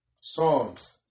Psalms